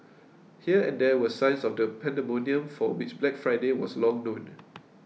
here and there were signs of the pandemonium for which Black Friday was long known